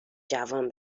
جوان